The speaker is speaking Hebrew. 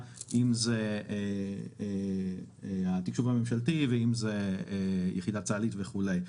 אם זה התקשוב הממשלתי ואם זה יחידה צה"לית וכולי.